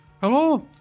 Hello